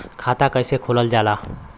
खाता कैसे खोलल जाला?